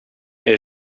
est